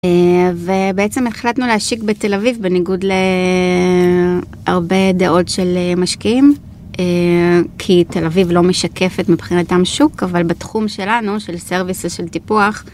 ובעצם החלטנו להשיק בתל אביב בניגוד להרבה דעות של משקיעים כי תל אביב לא משקפת מבחינתם שוק, אבל בתחום שלנו, של סרוויסה, של טיפוח